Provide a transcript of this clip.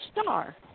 Star